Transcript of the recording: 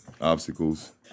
obstacles